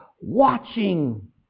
Watching